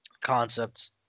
concepts